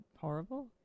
horrible